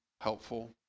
helpful